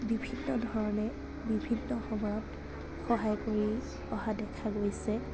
বিভিন্ন ধৰণে বিভিন্ন সময়ত সহায় কৰি অহা দেখা গৈছে